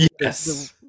Yes